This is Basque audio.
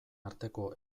arteko